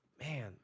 man